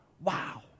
Wow